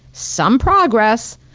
some progress,